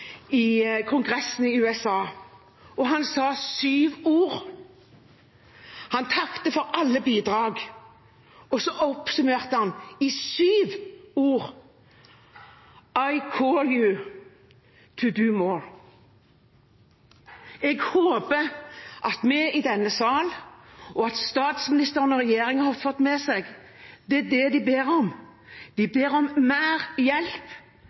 for Kongressen i USA. Han sa syv ord – han takket for alle bidrag, og så oppsummerte han med syv ord: I call on you to do more. Jeg håper at vi i denne sal og statsministeren og regjeringen har fått med seg at det er det de ber om. De ber om mer hjelp,